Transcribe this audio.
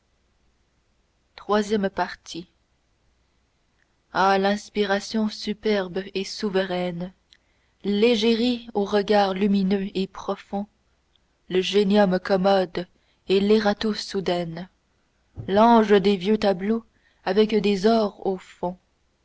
iii ah l'inspiration superbe et souveraine l'égérie aux regards lumineux et profonds le genium commode et l'erato soudaine l'ange des vieux tableaux avec des ors au fond